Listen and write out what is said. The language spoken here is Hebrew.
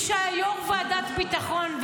מי שהיה יו"ר ועדת חוץ וביטחון,